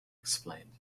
explained